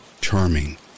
charming